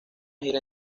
gira